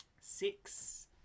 Six